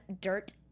Dirt